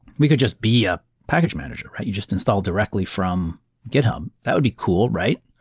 we could just be a package manager, right? you just install directly from github. that would be cool, right?